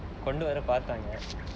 கொண்டு வர பார்த்தாங்க:kondu vara paarthaanga